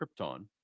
Krypton